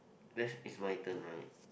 this is my turn right